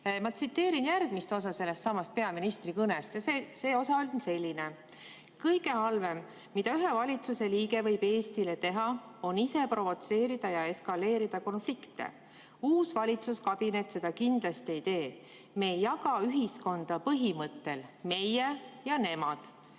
Ma tsiteerin järgmist osa sellestsamast kõnest ja see osa on selline: "Kõige halvem, mida ühe valitsuse liige võib Eestile teha, on ise provotseerida ja eskaleerida konflikte. Uus valitsuskabinet seda kindlasti ei tee. Me ei jaga ühiskonda põhimõttel "meie ja nemad".